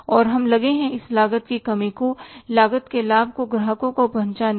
और हम लगे हैं इस लागत की कमी को लागत के लाभ को ग्राहकों को पहुंचाने में